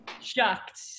Shocked